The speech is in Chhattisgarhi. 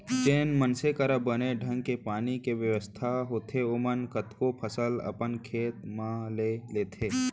जेन मनसे करा बने ढंग के पानी के बेवस्था होथे ओमन कतको फसल अपन खेत म ले लेथें